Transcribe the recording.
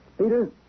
Peter